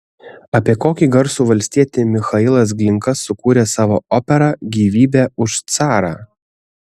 apie kokį garsų valstietį michailas glinka sukūrė savo operą gyvybė už carą